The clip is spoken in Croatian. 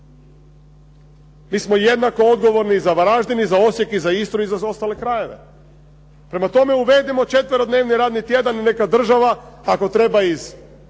Mi smo jednako odgovorni i za Varaždin, i za Osijek i za Istru i za ostale krajeve. Prema tome, uvedimo četverodnevni radni tjedan i neka država ako treba iz